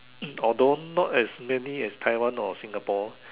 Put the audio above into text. although not as many as Taiwan or Singapore